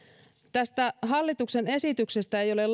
tästä hallituksen esityksestä ei ole